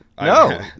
no